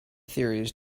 theories